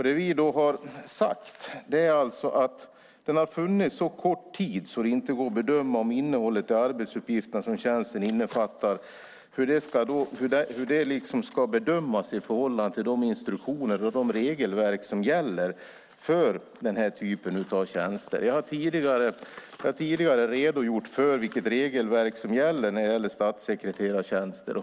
Det vi har sagt är att den har funnits så kort tid att det inte går att avgöra hur innehållet i arbetsuppgifterna som tjänsten innefattar ska bedömas i förhållande till de instruktioner och regelverk som gäller för den här typen av tjänster. Jag har tidigare redogjort för vilket regelverk som gäller för statssekreterartjänster.